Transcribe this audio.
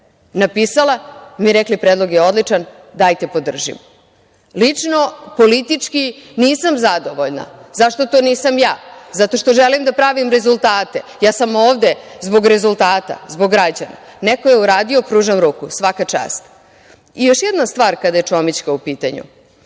napisala, mi rekli – predlog je odličan, dajte podržimo. Lično, politički, nisam zadovoljna. Zašto to nisam ja? Zato što želim da pravim rezultate. Ja sam ovde zbog rezultata, zbog građana. Neko je uradio, pružam mu ruku – svaka čast. Još jedna stvar, kada je Čomićka u pitanju.